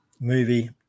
movie